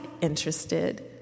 interested